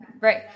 Right